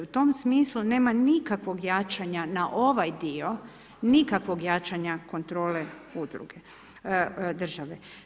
U tom smislu nema nikakvog jačanja na ovaj dio, nikakvog jačanja kontrole udruge, države.